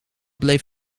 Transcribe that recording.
bleef